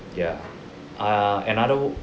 ya err another